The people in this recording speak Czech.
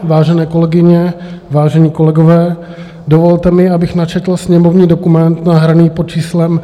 Vážené kolegyně, vážení kolegové, dovolte mi, abych načetl sněmovní dokument nahraný pod číslem 2468.